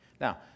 Now